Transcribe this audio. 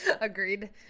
Agreed